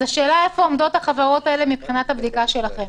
השאלה היא איפה עומדות החברות האלה מבחינת הבדיקה שלכם.